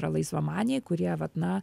yra laisvamaniai kurie vat na